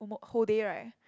whole day right